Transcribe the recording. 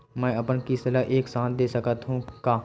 मै अपन किस्त ल एक साथ दे सकत हु का?